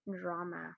drama